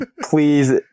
please